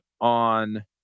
on